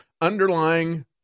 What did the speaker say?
underlying